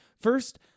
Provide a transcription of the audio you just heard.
First